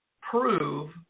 Prove